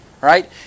Right